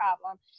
problem